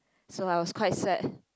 so I was quite sad